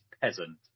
peasant